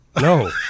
no